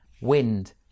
Wind